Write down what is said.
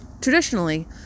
Traditionally